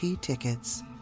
tickets